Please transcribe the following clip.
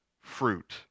fruit